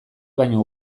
baino